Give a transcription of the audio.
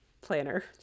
planner